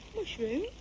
mushroom?